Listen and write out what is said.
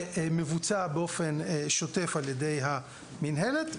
שמבוצע באופן שוטף על ידי המינהלת.